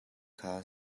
kha